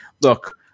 look